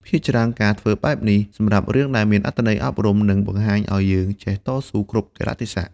ភាគច្រើនការធ្វើបែបនេះ សម្រាប់រឿងដែលមានអត្តន័យអប់រំ និងបង្ហាញឲ្យយើងចេះតស៊ូគ្រប់កាលៈទេសៈ។